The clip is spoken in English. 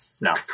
No